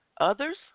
Others